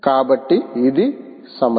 కాబట్టి ఇది సమస్య